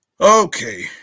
Okay